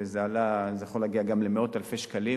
וזה יכול להגיע גם למאות אלפי שקלים